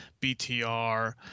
BTR